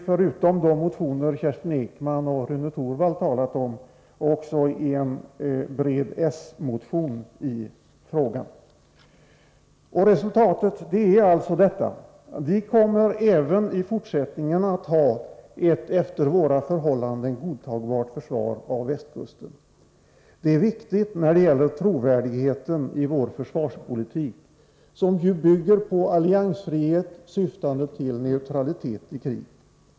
Förutom de motioner Kerstin Ekman och Rune Torwald talat om finns det också en bred socialdemokratisk motion i frågan. Resultatet är alltså detta: Vi kommer även i fortsättningen att ha ett efter våra förhållanden godtagbart försvar av västkusten. Det är viktigt när det gäller trovärdigheten i vår försvarspolitik, som ju bygger på alliansfrihet syftande till neutralitet i krig.